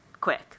quick